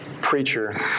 preacher